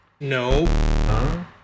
No